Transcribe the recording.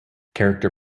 character